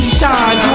shine